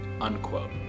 unquote